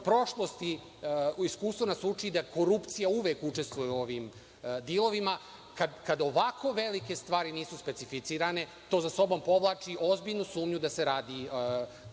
iskustvo nas uči da korupcija uvek učestvuje u ovim dilovima. Kada ovako velike stvari nisu specificirane, to za sobom povlači ozbiljnu sumnju da postoji prostor